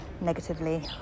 negatively